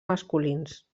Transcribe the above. masculins